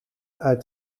uit